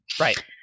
Right